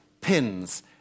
pins